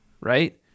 right